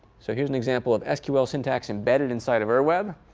so here's an example of sql syntax embedded inside of ur web.